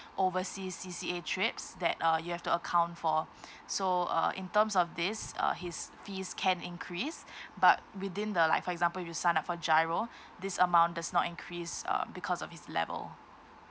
overseas C_C_A trips that uh you have to account for so uh in terms of this uh his fees can increase but within the like for example you sign up for GIRO this amount does not increase um because of his level